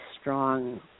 strong